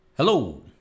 Hello